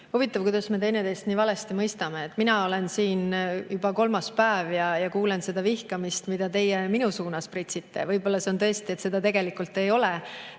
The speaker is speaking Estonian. Huvitav, kuidas me teineteist nii valesti mõistame. Mina olen siin juba kolmandat päeva ja kuulen seda vihkamist, mida teie minu suunas pritsite. Võib-olla on tõesti nii, et seda tegelikult ei ole.